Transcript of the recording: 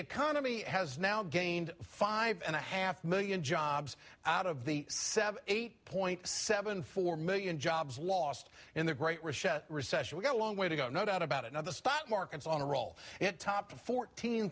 economy has now gained five and a half million jobs out of the seven eight point seven four million jobs lost in the great recession we got a long way to go no doubt about it now the stock markets on a roll it topped a fourteen